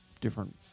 different